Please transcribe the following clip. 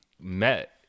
met